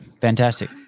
fantastic